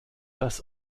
das